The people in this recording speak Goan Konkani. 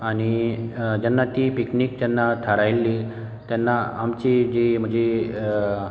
आनी जेन्ना ती पिकनीक जेन्ना थारायल्ली तेन्ना आमची जी म्हजी